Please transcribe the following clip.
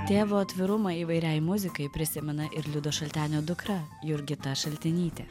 tėvo atvirumą įvairiai muzikai prisimena ir liudo šaltenio dukra jurgita šaltenytė